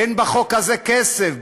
אין בחוק הזה כסף.